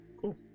Cool